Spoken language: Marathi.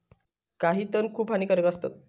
काही तण खूप हानिकारक असतत